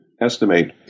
estimate